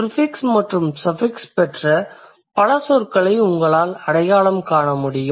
prefix மற்றும் suffix பெற்ற பல சொற்களை உங்களால் அடையாளம் காணமுடியும்